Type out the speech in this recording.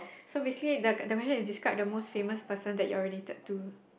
so basically the the question is describe the most famous person that you are related to